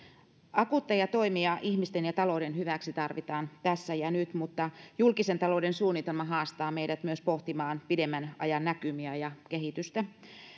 akuutteja toimia ihmisten ja talouden hyväksi tarvitaan tässä ja nyt mutta julkisen talouden suunnitelma haastaa meidät myös pohtimaan pidemmän ajan näkymiä ja kehitystä